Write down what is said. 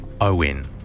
Owen